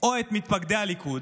או את מתפקדי הליכוד,